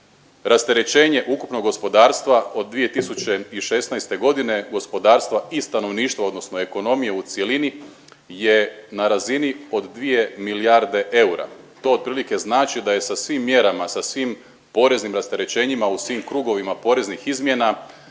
rasterećenje ukupnog gospodarstva od 2016. godine, gospodarstva i stanovništva odnosno ekonomije u cjelini je na razini od 2 milijarde eura. To otprilike znači da je sa svim mjerama, sa svim poreznim rasterećenjima, u svim krugovima poreznih izmjena